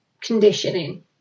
conditioning